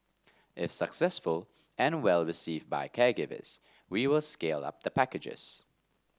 if successful and well received by caregivers we will scale up the packages